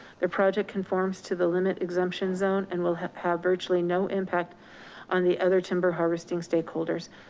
their project conforms to the limit exemption zone and will have have virtually no impact on the other timber harvesting stakeholders.